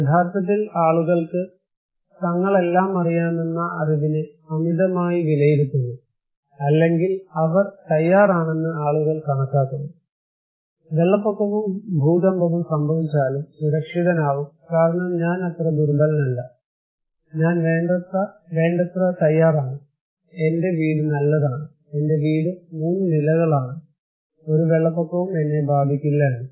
യഥാർത്ഥത്തിൽ ആളുകൾക്ക് തങ്ങളെല്ലാം അറിയാമെന്ന അറിവിനെ അമിതമായി വിലയിരുത്തുന്നു അല്ലെങ്കിൽഅവർ തയാറാണെന്ന് ആളുകൾ കണക്കാക്കുന്നു വെള്ളപ്പൊക്കവും ഭൂകമ്പവും സംഭവിച്ചാലും സുരക്ഷിതനാകും കാരണം ഞാൻ അത്ര ദുർബലനല്ല ഞാൻ വേണ്ടത്ര തയ്യാറാണ് എന്റെ വീട് നല്ലതാണ് എന്റെ വീട് മൂന്ന് നിലകളാണ് ഒരു വെള്ളപ്പൊക്കവും എന്നെ ബാധിക്കില്ല എന്നും